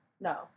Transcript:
No